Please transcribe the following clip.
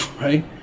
right